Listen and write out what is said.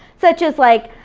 such as like,